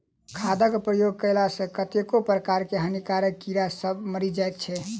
खादक प्रयोग कएला सॅ कतेको प्रकारक हानिकारक कीड़ी सभ मरि जाइत छै